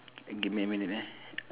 give me a minute eh